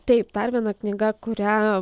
taip dar viena knyga kurią